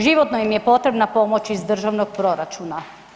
Životno im je potrebna pomoć iz državnog proračuna.